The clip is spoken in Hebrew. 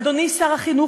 אדוני שר החינוך,